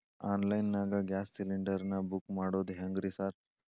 Online ನಾಗ gas cylinder ನಾ book ಮಾಡೋದ್ ಹೆಂಗ್ರಿ ಸಾರ್?